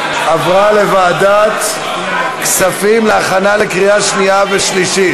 עברה לוועדת הכספים להכנה לקריאה שנייה ושלישית.